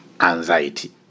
anxiety